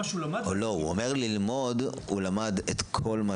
הוא אמר שהוא למד את כל מה